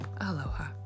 Aloha